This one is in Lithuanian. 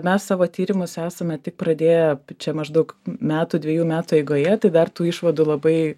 mes savo tyrimus esame tik pradėję čia maždaug metų dvejų metų eigoje tai dar tų išvadų labai